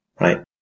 right